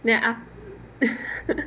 then af~